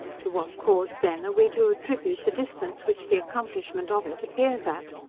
to what cause then are we to attribute the distance which the accomplishment of it appears at?